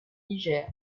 niger